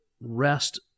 rest